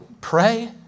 pray